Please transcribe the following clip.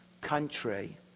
country